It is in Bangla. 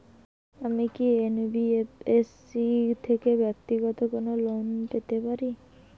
আমি কি এন.বি.এফ.এস.সি থেকে ব্যাক্তিগত কোনো লোন পেতে পারি?